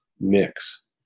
mix